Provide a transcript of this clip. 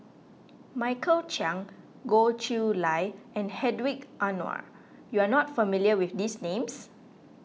Michael Chiang Goh Chiew Lye and Hedwig Anuar you are not familiar with these names